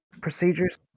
procedures